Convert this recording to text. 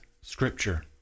scripture